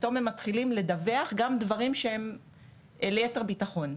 פתאום הם מתחילים לדווח גם דברים שהם ליתר ביטחון.